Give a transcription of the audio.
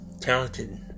talented